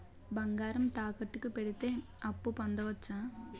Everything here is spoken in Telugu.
బంగారం తాకట్టు కి పెడితే అప్పు పొందవచ్చ?